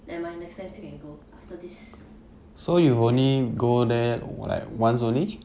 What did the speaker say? nevermind next time still can go after this quarantine period